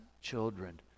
children